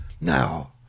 Now